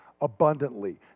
abundantly